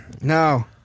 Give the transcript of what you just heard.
No